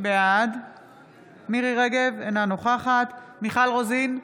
בעד מירי מרים רגב, אינה נוכחת מיכל רוזין,